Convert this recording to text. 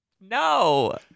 No